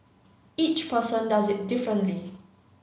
each person does it differently